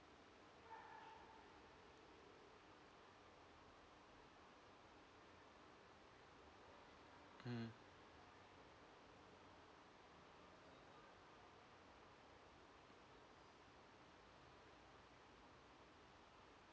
mm